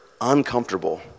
uncomfortable